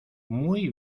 muy